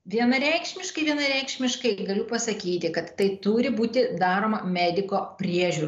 vienareikšmiškai vienareikšmiškai galiu pasakyti kad tai turi būti daroma mediko priežiūra